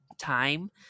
time